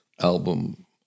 album